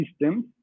systems